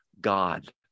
God